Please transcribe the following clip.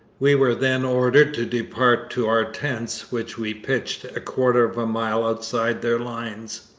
we were then ordered to depart to our tents, which we pitched a quarter of a mile outside their lines.